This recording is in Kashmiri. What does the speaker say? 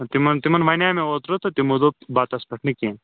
تِمن تِمن وَنیٛا مےٚ اوترٕ تہٕ تِمو دوٚپ بَتَس پٮ۪ٹھ نہٕ کیٚنٛہہ